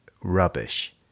rubbish